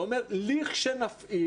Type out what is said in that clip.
זה אומר, לכשנפעיל,